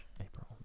April